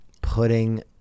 Putting